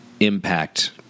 impact